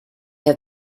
have